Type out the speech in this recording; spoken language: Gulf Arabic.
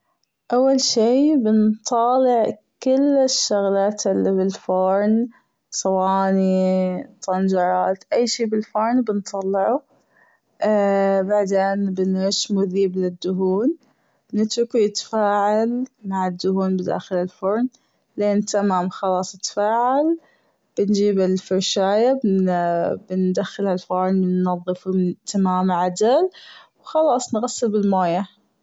أول شي بنطالع كل الشغلات اللي بالفرن صواني طنجرات أي شي بالفرن بنطلعه وبعدين بنرش مذيب للدهون بنتركه يتفاعل مع الدهون بداخل الفرن لين تمام خلاص أتفاعل بنجيب الفرشاية بندخلها الفرن بنضف تمام عدل وخلاص نغسل بالمويه.